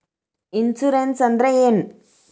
Insurance ಅಂದ್ರ ಏನು?